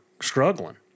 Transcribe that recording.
struggling